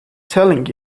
telling